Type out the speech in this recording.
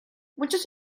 muchos